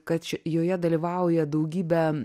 kač joje dalyvauja daugybė